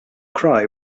cry